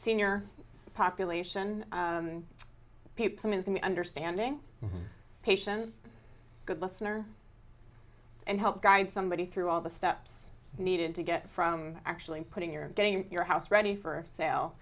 senior population people in the understanding patient a good listener and help guide somebody through all the steps needed to get from actually putting your getting your house ready for sale